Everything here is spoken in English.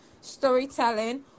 storytelling